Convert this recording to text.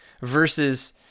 versus